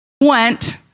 went